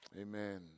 amen